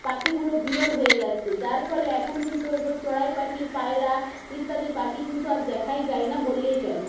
পাখিগুলো বিরল হয়ে যাচ্ছে যার ফলে এখন কিন্তু ওই সব চড়াই পাখি পায়রা ইত্যাদি পাখি কিন্তু আর দেখাই যায় না বললেই চলে